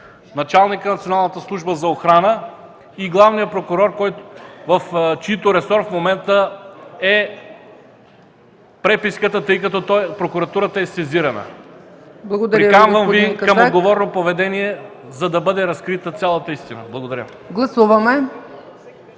началникът на Националната служба за охрана и главният прокурор, в чийто ресор в момента е преписката, тъй като прокуратурата е сезирана. Приканвам Ви към отговорно поведение, за да бъде разкрита цялата истина. Благодаря.